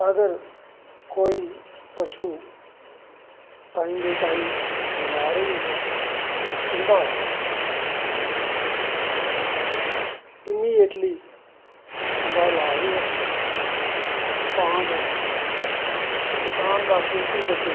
अगर कोई पशु टाईम टू टाईम बमार होई जंदा ऐ उंदा इमिजेटली इंदा इलाज़ होऐ तां जे किसान दा कीमती पशु